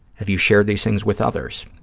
have you shared these things with others?